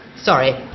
sorry